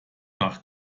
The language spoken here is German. nach